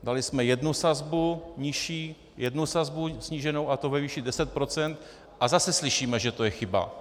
Dali jsme jednu sazbu nižší, jednu sazbu sníženou, a to ve výši 10 %, a zase slyšíme, že to je chyba.